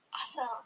Awesome